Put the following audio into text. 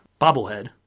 bobblehead